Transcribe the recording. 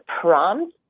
prompt